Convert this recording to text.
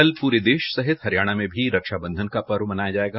कल पूरे देश सहित हरियाणा में भी रक्षाबंधन का पर्व मनाया जायेगा